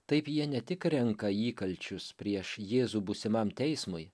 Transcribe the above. taip jie ne tik renka įkalčius prieš jėzų būsimam teismui